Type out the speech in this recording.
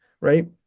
right